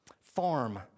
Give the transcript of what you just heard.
farm